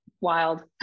wild